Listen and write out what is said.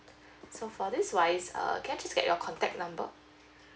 so for this wise err can I just get your contact number